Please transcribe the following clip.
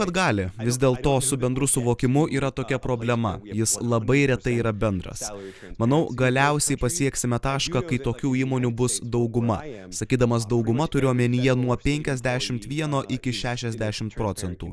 bet gali vis dėl to su bendru suvokimu yra tokia problema jis labai retai yra bendras manau galiausiai pasieksime tašką kai tokių įmonių bus dauguma jam sakydamas dauguma turiu omenyje nuo penkiasdešimt vieno iki šešiasdešimt procentų